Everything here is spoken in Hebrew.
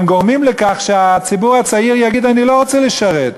הם גורמים לכך שהציבור הצעיר יגיד: אני לא רוצה לשרת.